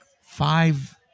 five